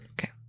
Okay